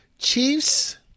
Chiefs